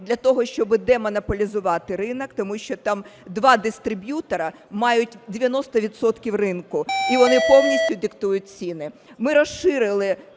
для того, щоби демонополізувати ринок, тому що там два дистриб'ютори мають 90 відсотків ринку і вони повністю диктують ціни. Ми розширили